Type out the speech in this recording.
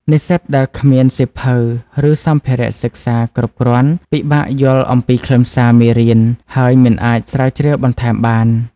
និស្សិតដែលគ្មានសៀវភៅ ឬសម្ភារៈសិក្សាគ្រប់គ្រាន់ ពិបាកយល់អំពីខ្លឹមសារមេរៀន ហើយមិនអាចស្រាវជ្រាវបន្ថែមបាន។